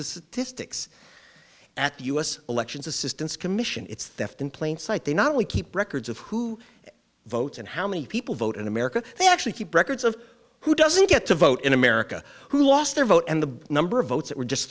the statistics at the u s elections assistance commission it's theft in plain sight they not only keep records of who votes and how many people vote in america they actually keep records of who doesn't get to vote in america who lost their vote and the number of votes that were just